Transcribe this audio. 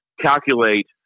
calculate